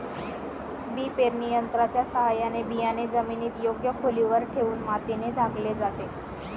बी पेरणी यंत्राच्या साहाय्याने बियाणे जमिनीत योग्य खोलीवर ठेवून मातीने झाकले जाते